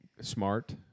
Smart